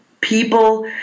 people